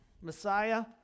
Messiah